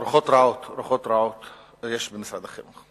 רעות יש במשרד החינוך.